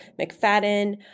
McFadden